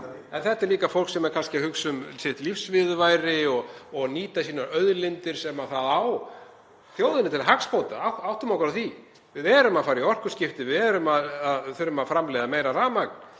En þetta er líka fólk sem er kannski að hugsa um sitt lífsviðurværi og að nýta sínar auðlindir sem það á, þjóðinni til hagsbóta, áttum okkur á því. Við erum að fara í orkuskipti, við þurfum að framleiða meira rafmagn